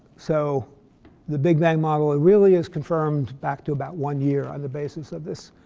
so the big bag model ah really is confirmed back to about one year on the basis of this